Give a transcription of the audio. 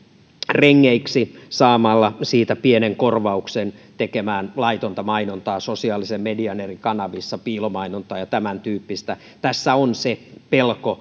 rengeiksi saamalla siitä pienen korvauksen tekemään laitonta mainontaa sosiaalisen median eri kanavissa piilomainontaa ja tämäntyyppistä tässäkin uudistuksessa on se pelko